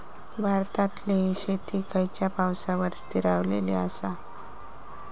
भारतातले शेती खयच्या पावसावर स्थिरावलेली आसा?